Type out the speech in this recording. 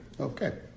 Okay